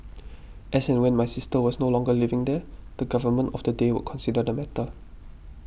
as and when my sister was no longer living there the Government of the day would consider the matter